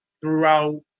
throughout